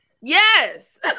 yes